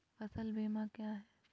फ़सल बीमा क्या है?